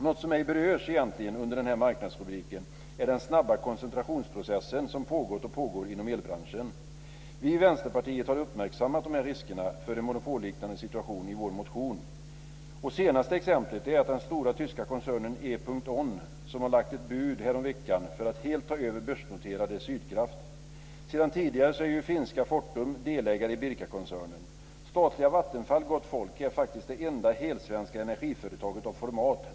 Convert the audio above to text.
Något som egentligen inte berörs under den här marknadsrubriken är den snabba koncentrationsprocess som pågått och pågår inom elbranschen. Vi i Vänsterpartiet har uppmärksammat de här riskerna för en monopolliknande situation i vår motion. Det senaste exemplet är att den stora tyska koncernen E.ON häromveckan lade ett bud för att helt ta över börsnoterade Sydkraft. Sedan tidigare är ju finska Fortum delägare i Birkakoncernen. Statliga Vattenfall, gott folk, är faktiskt det enda helsvenska energiföretaget av format.